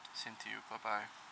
same to you bye bye